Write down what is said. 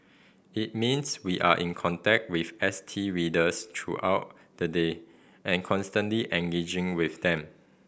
it means we are in contact with S T readers throughout the day and constantly engaging with them